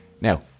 Now